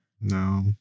No